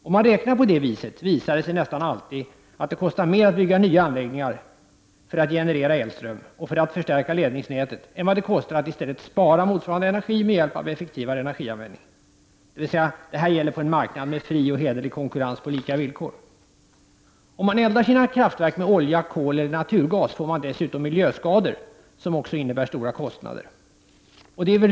Om man räknar på det viset, visar det sig nästan alltid att det kostar mer att bygga nya anläggningar för att generera elström och för att förstärka ledningsnätet, än vad det kostar att i stället spara motsvarande energi med hjälp av effektivare energianvändning; detta gäller på en marknad med fri och hederlig konkurrens på lika villkor. Om man eldar sina kraftverk med olja, kol eller naturgas får man dessutom miljöskador som också innebär stora kostnader.